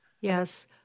Yes